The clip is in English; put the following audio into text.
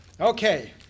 Okay